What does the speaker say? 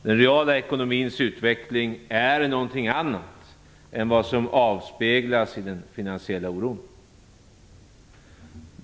Den reala ekonomins utveckling är något annat än det som avspeglas i den finansiella oron.